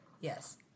Yes